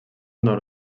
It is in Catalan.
nord